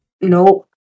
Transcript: No